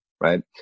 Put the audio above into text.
right